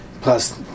plus